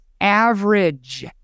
average